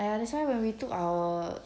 I understand when we took our